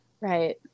Right